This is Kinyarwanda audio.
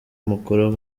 amakuru